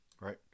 right